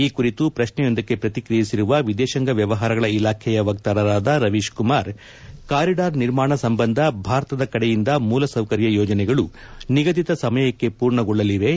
ಈ ಕುರಿತು ಪ್ರತ್ನೆಯೊಂದಕ್ಕೆ ಪ್ರತಿಕ್ರಿಯಿಸಿರುವ ವಿದೇಶಾಂಗ ವ್ಯವಹಾರಗಳ ಇಲಾಖೆಯ ವಕ್ತಾರರಾದ ರವೀಶ್ ಕುಮಾರ್ ಕಾರಿಡಾರ್ ನಿರ್ಮಾಣ ಸಂಬಂಧ ಭಾರತದ ಕಡೆಯಿಂದ ಮೂಲಸೌಕರ್ಯ ಯೋಜನೆಗಳು ನಿಗದಿತ ಸಮಯಕ್ಕೆ ಪೂರ್ಣಗೊಳ್ಳಲಿವೆ